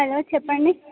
hello చెప్పండి